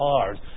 hard